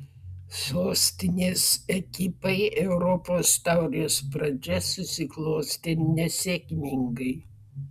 sostinės ekipai europos taurės pradžia susiklostė nesėkmingai